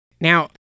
Now